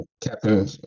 Captain